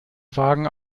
wagen